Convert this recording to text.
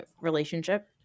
relationship